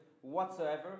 whatsoever